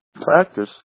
practice